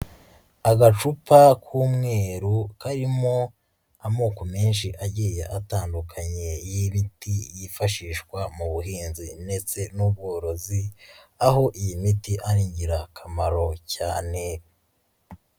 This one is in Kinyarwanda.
Agacupa k'umweru karimo amoko menshi agiye atandukanye y'ibiti yifashishwa mu buhinzi ndetse n'ubworozi, aho iyi miti ari ingirakamaro cyane.